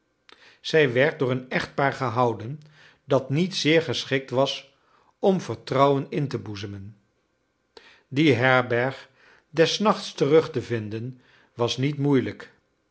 zij werd door een echtpaar gehouden dat niet zeer geschikt was om vertrouwen in te boezemen die herberg des nachts terug te vinden was niet moeilijk